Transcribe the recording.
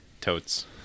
Totes